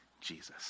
Jesus